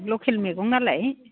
लकेल मैगं नालाय